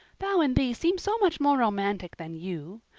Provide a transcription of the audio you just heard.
thou and thee seem so much more romantic than you.